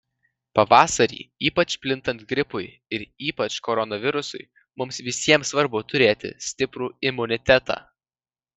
pavasarį ypač plintant gripui ir ypač koronavirusui mums visiems svarbu turėti stiprų imunitetą